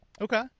Okay